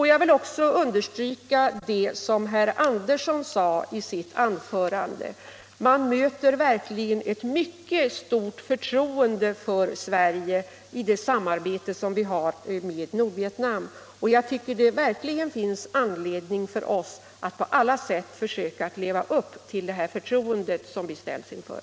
Jag vill understryka det som herr Andersson i Lycksele sade i sitt anförande: Man möter verkligen ett mycket stort förtroende för Sverige i det samarbete som vi har med Nordvietnam. Det finns verkligen anledning för oss att på alla sätt försöka leva upp till det förtroende som vi ställts inför.